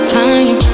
time